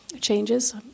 Changes